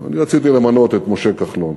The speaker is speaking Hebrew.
אני רציתי למנות את משה כחלון,